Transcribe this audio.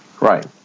Right